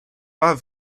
pas